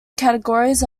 categories